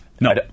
No